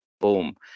Boom